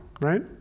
right